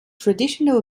traditional